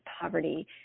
poverty